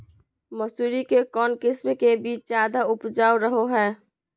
मसूरी के कौन किस्म के बीच ज्यादा उपजाऊ रहो हय?